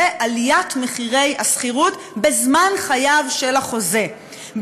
הוא עליית מחירי השכירות בזמן חייו של החוזה,